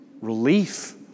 relief